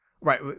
Right